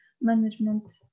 management